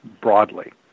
broadly